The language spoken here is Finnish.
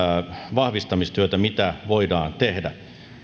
vahvistamistyötä mitä voidaan tehdä